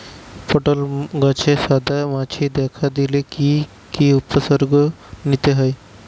পটল গাছে সাদা মাছি দেখা দিলে কি কি উপসর্গ নিতে হয়?